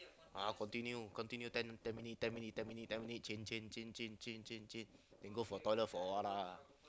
uh continue continue ten ten minute ten minute ten minute ten minute change change change change change change change then go for toilet for a while lah